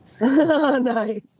nice